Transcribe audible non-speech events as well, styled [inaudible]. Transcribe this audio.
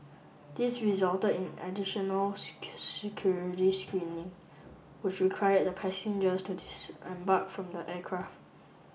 this resulted in additional [unintelligible] security screening which required the passengers to disembark from the aircraft